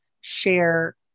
share